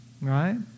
Right